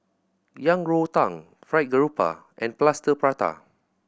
Yang Rou Tang Fried Garoupa and Plaster Prata